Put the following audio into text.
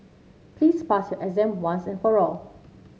please pass your exam once and for all